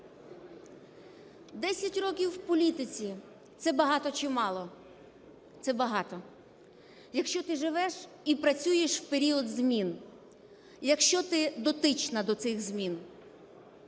Десять років в політиці – це багато, чи мало? Це багато, якщо ти живеш і працюєш в період змін, якщо ти дотична до цих змін.